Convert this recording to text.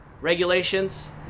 regulations